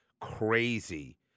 crazy